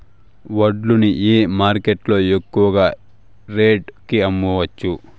వడ్లు ని ఏ మార్కెట్ లో ఎక్కువగా రేటు కి అమ్మవచ్చు?